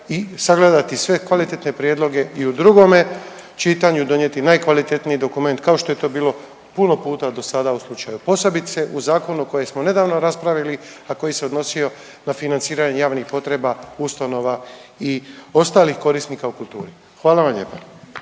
i sagledati sve kvalitetne prijedloge i u drugome čitanju donijeti najkvalitetniji dokument kao što je to bilo puno puta dosada u slučaju posebice u zakonu koji smo nedavno raspravili, a koji se odnosio na financiranje javnih potreba ustanova i ostalih korisnika u kulturi. Hvala vam lijepa.